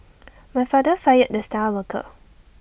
my father fired the star worker